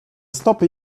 stopy